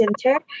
Center